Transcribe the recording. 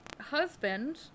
husband